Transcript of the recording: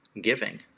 giving